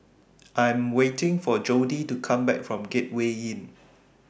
I Am waiting For Jody to Come Back from Gateway Inn